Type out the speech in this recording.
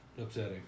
upsetting